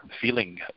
feeling